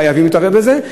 חייבים להתערב בזה,